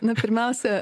na pirmiausia